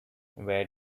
where